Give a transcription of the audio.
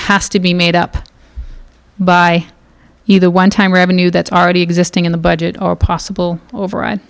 has to be made up by either onetime revenue that's already existing in the budget or possible over it